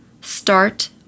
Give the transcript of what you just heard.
start